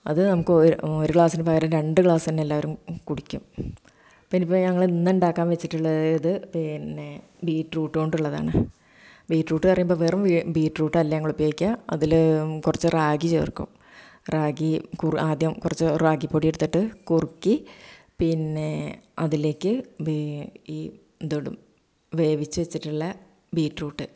അത് നമുക്ക് ഒരു ഒരു ഗ്ലാസിന് പകരം രണ്ട് ഗ്ലാസ് തന്നെ എല്ലാവരും കുടിക്കും പിന്നെയിപ്പം ഞങ്ങള് ഇന്ന് ഉണ്ടാക്കാൻ വെച്ചിട്ടുള്ളത് പിന്നെ ബീട്രൂട്ട് കൊണ്ടുള്ളതാണ് ബീട്രൂട്ട് പറയുമ്പോൾ വെറും ബീട്രൂട്ട് അല്ല ഞങ്ങള് ഉപയോഗിക്കുക അതില് കുറച്ച് റാഗി ചേർക്കും റാഗി ആദ്യം കുറച്ച് റാഗി പൊടിയെടുത്തിട്ട് കുറുക്കി പിന്നെ അതിലേക്ക് ഈ എന്തോയിടും വേവിച്ച് വെച്ചിട്ടുള്ള ബീട്രൂട്ട്